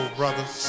brothers